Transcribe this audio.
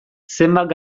zenbat